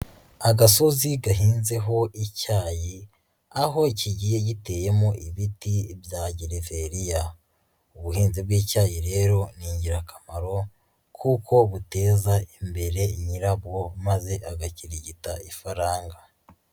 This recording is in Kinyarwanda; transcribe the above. Agasozi gahinzeho icyayi, aho kigiye giteyemo ibiti bya geriveriya, ubuhinzi bw'icyayi rero ni ingirakamaro kuko buteza imbere nyirabwo maze agakirigita ifaranga.